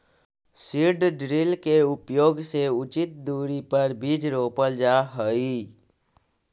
seed drill के उपयोग से उचित दूरी पर बीज रोपल जा हई